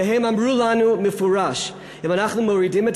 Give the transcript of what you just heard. והם אמרו לנו במפורש: אם אנחנו מורידים את